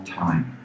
time